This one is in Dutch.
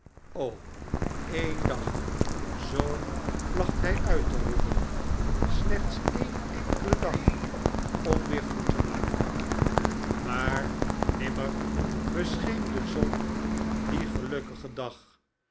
een dag zoo placht hy uit te roepen slechts een enkele dag om weer goed te maken maar nimmer bescheen de zon dien gelukkigen dag